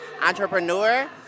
entrepreneur